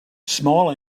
small